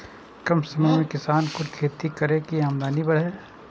कम समय में किसान कुन खैती करै की आमदनी बढ़े?